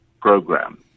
program